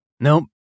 Nope